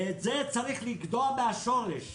את זה צריך לגדוע מהשורש.